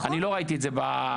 אני לא ראיתי את זה בהצעת החוק.